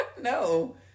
no